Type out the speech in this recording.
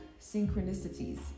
synchronicities